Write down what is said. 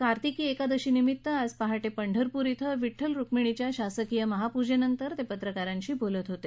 कार्तिकी एकादशीनिमित्त आज पहाटे पंढरपूर इथं विद्वल रुक्मिणीच्या शासकीय महापूजेनंतर ते पत्रकारांशी बोलत होते